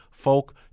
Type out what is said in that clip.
folk